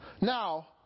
now